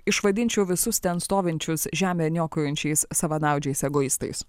išvadinčiau visus ten stovinčius žemę niokojančiais savanaudžiais egoistais